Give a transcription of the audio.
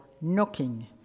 knocking